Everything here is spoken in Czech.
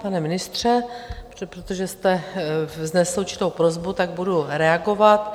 Pane ministře, protože jste vznesl určitou prosbu, budu reagovat.